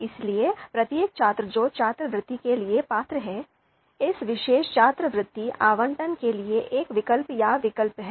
इसलिए प्रत्येक छात्र जो छात्रवृत्ति के लिए पात्र है इस विशेष छात्रवृत्ति आवंटन के लिए एक विकल्प या विकल्प है